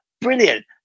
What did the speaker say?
Brilliant